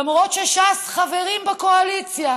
למרות שש"ס חברים בקואליציה,